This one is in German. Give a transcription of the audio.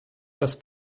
das